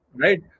Right